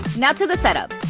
now to the setup.